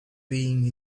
being